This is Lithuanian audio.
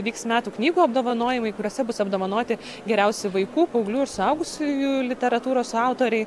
vyks metų knygų apdovanojimai kuriuose bus apdovanoti geriausi vaikų paauglių ir suaugusiųjų literatūros autoriai